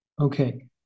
Okay